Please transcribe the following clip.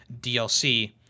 DLC